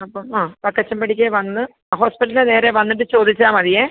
അപ്പം ആ വക്കച്ചൻപടിക്കൽ വന്ന് ഹോസ്പിറ്റലിന് നേരെ വന്നിട്ട് ചോദിച്ചാൽ മതിയേ